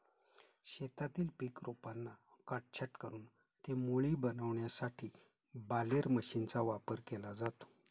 शेतातील पीक रोपांना काटछाट करून ते मोळी बनविण्यासाठी बालेर मशीनचा वापर केला जातो